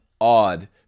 odd